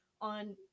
on